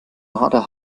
marder